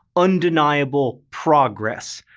undeniable progress.